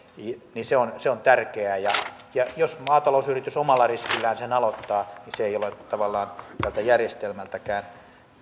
on tärkeää jos maatalousyritys omalla riskillään sen aloittaa niin se ei ole tavallaan tältä järjestelmältäkään